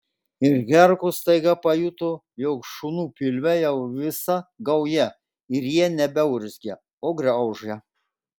ir herkus staiga pajuto jog šunų pilve jau visa gauja ir jie nebeurzgia o graužia